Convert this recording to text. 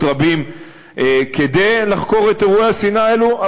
רבים כדי לחקור את אירועי השנאה האלו.